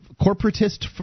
corporatist